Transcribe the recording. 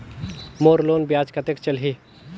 मोर loan ब्याज कतेक चलही?